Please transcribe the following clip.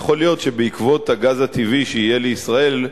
יכול להיות שעקב הגז הטבעי שיהיה לישראל,